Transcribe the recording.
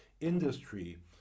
industry